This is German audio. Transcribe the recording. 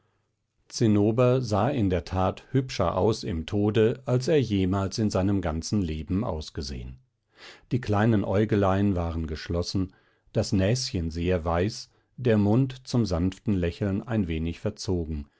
zinnober sah in der tat hübscher aus im tode als er jemals in seinem ganzen leben ausgesehen die kleinen äugelein waren geschlossen das näschen sehr weiß der mund zum sanften lächeln ein wenig verzogen